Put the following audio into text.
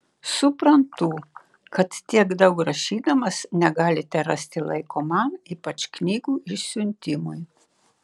suprantu kad tiek daug rašydamas negalite rasti laiko man ypač knygų išsiuntimui